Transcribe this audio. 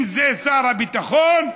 אם זה שר הביטחון,